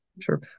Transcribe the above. Sure